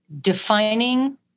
defining